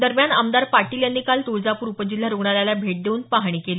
दरम्यान आमदार पाटील यांनी काल तुळजापूर उपजिल्हा रुग्णालयाला भेट देऊन पाहणी केली